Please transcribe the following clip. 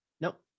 Nope